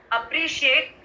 appreciate